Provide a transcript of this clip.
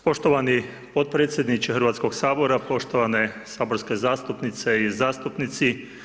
Poštovani potpredsjedniče Hrvatskoga sabora, poštovane saborske zastupnice i zastupnici.